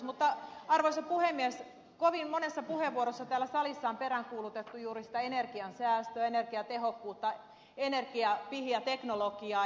mutta arvoisa puhemies kovin monessa puheenvuorossa täällä salissa on peräänkuulutettu juuri sitä energiansäästöä energiatehokkuutta energiapihiä teknologiaa